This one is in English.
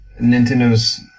Nintendo's